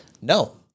No